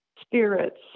spirits